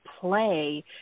play